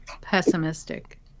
pessimistic